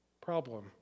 problem